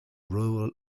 rural